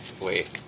Wait